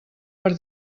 per